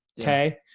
okay